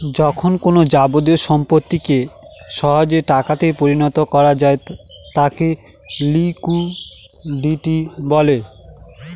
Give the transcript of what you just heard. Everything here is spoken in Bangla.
যখন কোনো যাবতীয় সম্পত্তিকে সহজে টাকাতে পরিণত করা যায় তাকে লিকুইডিটি বলে